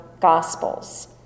Gospels